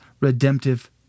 redemptive